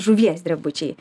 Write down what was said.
žuvies drebučiai